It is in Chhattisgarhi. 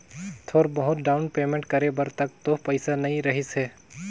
थोर बहुत डाउन पेंमेट करे बर तक तो पइसा नइ रहीस हे